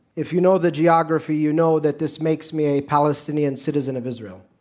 if you know the geography, you know that this makes me a palestinian citizen of israel.